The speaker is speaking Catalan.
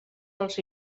als